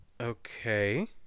Okay